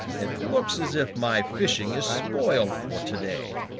it looks as if my fishing is spoiled for to-day.